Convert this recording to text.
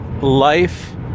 life